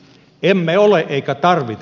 emme ole eikä tarvita